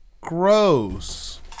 Gross